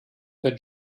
für